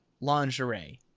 lingerie